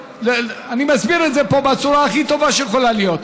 אני מסביר את זה פה בצורה הכי טובה שיכולה להיות.